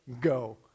go